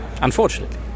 unfortunately